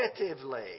negatively